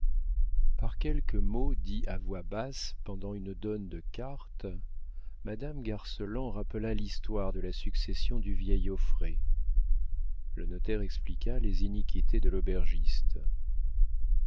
par quelques mots dits à voix basse pendant une donne de cartes madame garceland rappela l'histoire de la succession du vieil auffray le notaire expliqua les iniquités de l'aubergiste